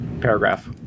paragraph